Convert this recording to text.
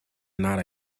not